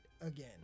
again